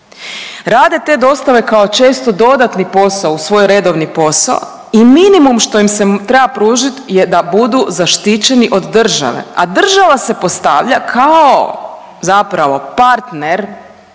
rade te dostave kao često dodatni posao uz svoj redovni posao i minimum što im se treba pružiti je da budu zaštićeni od države, a država se postavlja kao zapravo partner, koristit